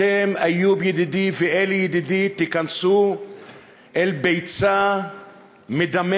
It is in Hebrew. אתם, איוב ידידי ואלי ידידי, תיכנסו לביצה מדממת,